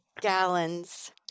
Gallons